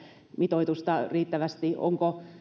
mitoitusta riittävästi onko